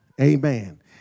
Amen